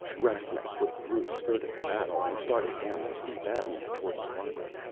rastignac's little group skirted the battle and started down the steep avenue toward the harbor.